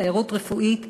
תיירות רפואית אכן,